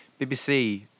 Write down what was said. BBC